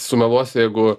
sumeluosiu jeigu